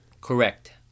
correct